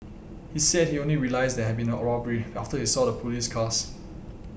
he said he only realised there had been a robbery after he saw the police cars